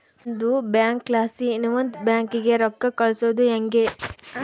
ಒಂದು ಬ್ಯಾಂಕ್ಲಾಸಿ ಇನವಂದ್ ಬ್ಯಾಂಕಿಗೆ ರೊಕ್ಕ ಕಳ್ಸೋದು ಯಂಗೆ